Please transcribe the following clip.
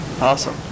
Awesome